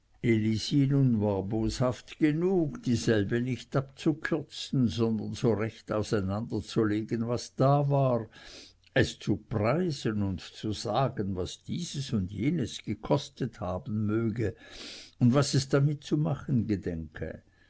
genug dieselbe nicht abzukürzen sondern so recht auseinanderzulegen was da war es zu preisen und zu sagen was dieses und jenes gekostet haben möge und was es damit zu machen gedenke